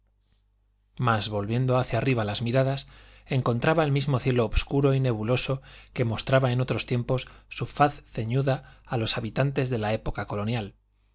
mas volviendo hacia arriba las miradas encontraba el mismo cielo obscuro y nebuloso que mostraba en otros tiempos su faz ceñuda a los habitantes de la época colonial